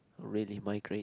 ready my grade